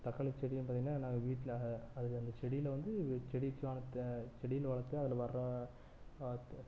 தக்காளி செடி வந்து பார்த்திங்கன்னா நாங்கள் வீட்டில் அதில் அந்த செடியில் வந்து செடிக்கான செடிகளை வளர்த்து அதில் வர